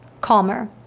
calmer